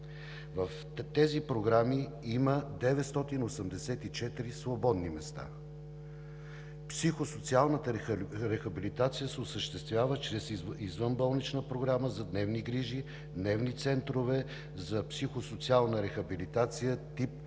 В тези програми има 984 свободни места. Психосоциалната рехабилитация се осъществява чрез извънболнична програма за дневни грижи, дневни центрове за психосоциална рехабилитация тип